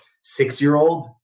six-year-old